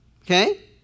Okay